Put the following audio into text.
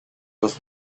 was